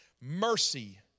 Mercy